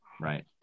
Right